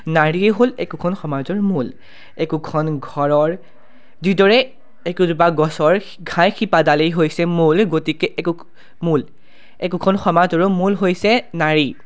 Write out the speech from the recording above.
নাৰীয়ে হ'ল একোখন সমাজৰ মূল একোখন ঘৰৰ যিদৰে একোজোপা গছৰ ঘাই শিপাডালেই হৈছে মূল গতিকে একো মূল একোখন সমাজৰো মূল হৈছে নাৰী